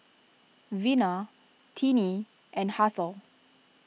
Vina Tinnie and Hasel